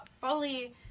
fully